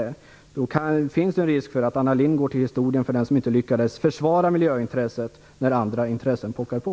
Det finns då en risk för att Anna Lindh går till historien som den minister som inte lyckades försvara miljöintresset när andra intressen pockade på.